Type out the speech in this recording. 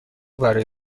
برای